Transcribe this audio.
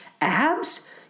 abs